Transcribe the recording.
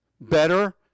Better